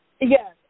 Yes